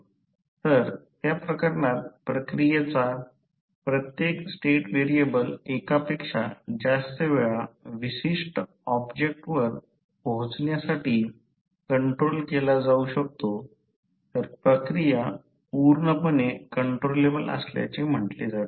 तर त्या प्रकरणात प्रक्रियेचा प्रत्येक स्टेट व्हेरिएबल एकापेक्षा जास्त वेळा विशिष्ट ऑब्जेक्ट वर पोहोचण्यासाठी कंट्रोल केला जाऊ शकतो तर प्रक्रिया पूर्णपणे कंट्रोलेबल असल्याचे म्हटले जाते